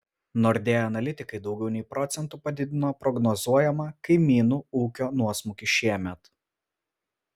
nordea analitikai daugiau nei procentu padidino prognozuojamą kaimynų ūkio nuosmukį šiemet